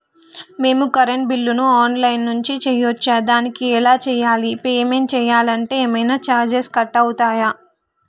మేము కరెంటు బిల్లును online నుంచి చేయచ్చా? దానికి ఎలా చేయాలి? పేమెంట్ చేయాలంటే ఏమైనా చార్జెస్ కట్ అయితయా?